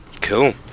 cool